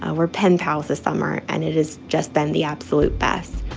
ah we're pen pals this summer, and it has just been the absolute best.